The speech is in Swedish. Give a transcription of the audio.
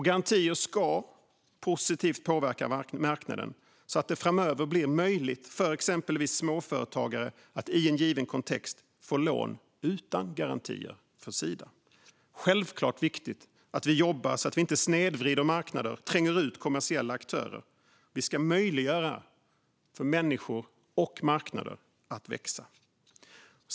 Garantier ska positivt påverka marknaden så att det framöver blir möjligt för exempelvis småföretagare att i en given kontext få lån utan garantier från Sida. Det är självklart viktigt att vi jobbar så att vi inte snedvrider marknader och tränger ut kommersiella aktörer. Vi ska möjliggöra för människor och marknader att växa.